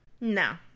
No